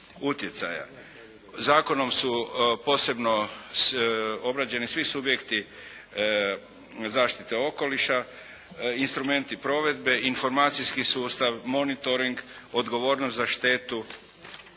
Zakonom su posebno obrađeni svi subjekti zaštite okoliša, instrumenti provedbe, informacijski sustav, monitoring, odgovornost za štetu,